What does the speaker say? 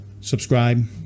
subscribe